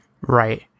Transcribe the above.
right